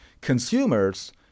consumers